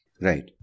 Right